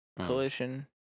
collision